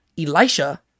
Elisha